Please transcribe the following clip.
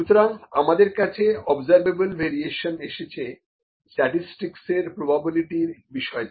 সুতরাং আমাদের কাছে অবজারভেবল ভেরিয়েশন এসেছে স্ট্যাটিসটিকসের প্রোবাবিলিটির বিষয় থেকে